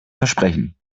versprechen